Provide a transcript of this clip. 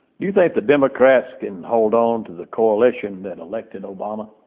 do you think the democrats can hold on to the coalition that elected obama?